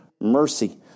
mercy